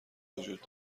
وجود